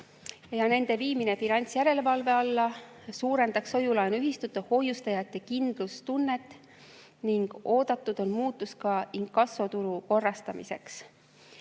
Nende viimine finantsjärelevalve alla suurendaks hoiu-laenuühistute hoiustajate kindlustunnet ning oodatud on muutus ka inkassoturu korrastamiseks.